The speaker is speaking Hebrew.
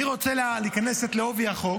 אני רוצה להיכנס בעובי החוק